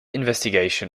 investigation